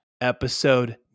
episode